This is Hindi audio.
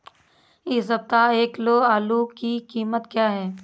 इस सप्ताह एक किलो आलू की कीमत क्या है?